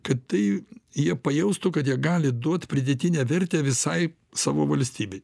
kad tai jie pajaustų kad jie gali duot pridėtinę vertę visai savo valstybei